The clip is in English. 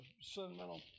sentimental